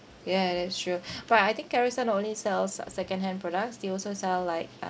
ya that's true but I think Carousell not only sells second hand products they also sell like uh